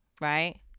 right